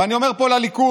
ואני אומר פה לליכוד: